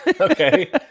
Okay